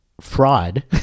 fraud